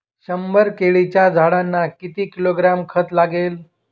शंभर केळीच्या झाडांना किती किलोग्रॅम खत लागेल?